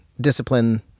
discipline